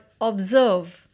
observe